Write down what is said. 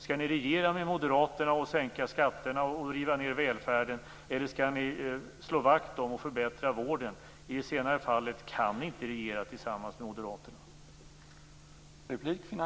Skall ni regera med moderaterna, sänka skatterna och riva ned välfärden, eller skall ni slå vakt om och förbättra vården? I det senare fallet kan ni inte regera tillsammans med moderaterna.